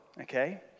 Okay